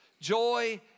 Joy